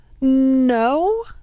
No